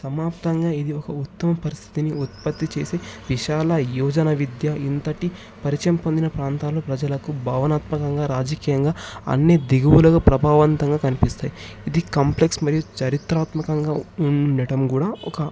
సమాప్తంగా ఇది ఒక ఉత్తమ పరిస్థితిని ఉత్పత్తి చేసి విశాల యోజన విద్య ఇంతటి పరిచయం పొందిన ప్రాంతాల ప్రజలకు భావనాత్మకంగా రాజకీయంగా అన్నీ దిగువలుగా ప్రభావితంగా కనిపిస్తాయి ఇది కాంప్లెక్స్ మరియు చారిత్రాత్మకంగా ఉండటం కూడ ఒక